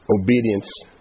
Obedience